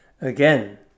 again